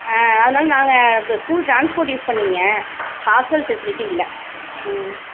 ஆ அதனால் நாங்கள் school transport use பண்ணிக்கோங்க ஹாஸ்டல் ஃபெசிலிட்டி இல்லை ம்